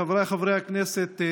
חבריי חברי הכנסת,